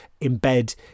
embed